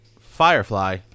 Firefly